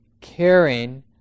caring